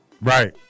Right